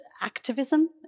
activism